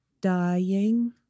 dying